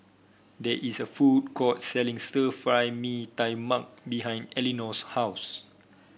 there is a food court selling Stir Fry Mee Tai Mak behind Elinor's house